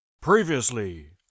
previously